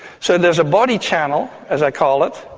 so there's a body channel, as i call it,